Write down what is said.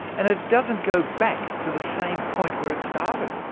and it doesn't go back to the same point where it started.